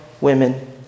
women